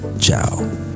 ciao